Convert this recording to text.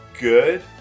good